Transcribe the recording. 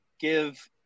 Give